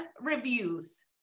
reviews